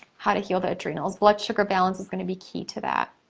how to heal the adrenals. blood sugar balance is gonna be key to that.